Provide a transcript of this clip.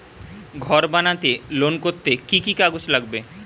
ঘর বানাতে লোন করতে কি কি কাগজ লাগবে?